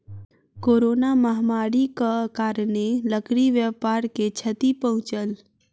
corona महामारीक कारणेँ लकड़ी व्यापार के क्षति पहुँचल